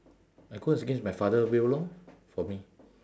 I go against my father will lor for me